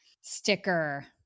Sticker